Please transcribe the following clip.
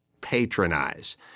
patronize